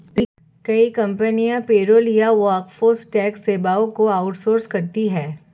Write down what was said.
कई कंपनियां पेरोल या वर्कफोर्स टैक्स सेवाओं को आउट सोर्स करती है